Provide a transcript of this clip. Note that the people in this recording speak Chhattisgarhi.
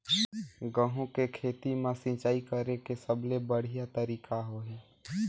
गंहू के खेती मां सिंचाई करेके सबले बढ़िया तरीका होही?